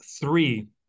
three